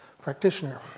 practitioner